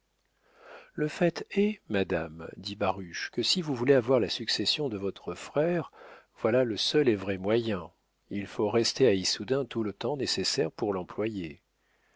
le fait est madame dit baruch que si vous voulez avoir la succession de votre frère voilà le seul et vrai moyen il faut rester à issoudun tout le temps nécessaire pour l'employer